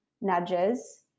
nudges